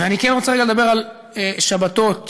ואני כן רוצה רגע לדבר על שבתות וחגים.